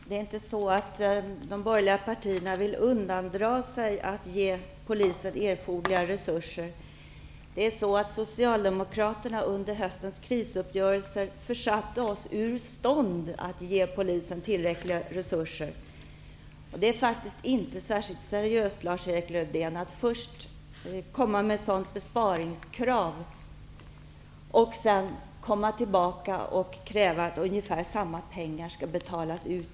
Herr talman! De borgerliga partierna vill inte undandra Polisen erforderliga resurser, utan det var Socialdemokraterna som vid höstens krisuppgörelse försatte regeringen ur stånd att ge Polisen tillräckliga resurser. Det är faktiskt inte särskilt seriöst, Lars-Erik Lövdén, att först komma med ett sådant besparingskrav och sedan kräva att ungefär lika mycket pengar skall betalas ut.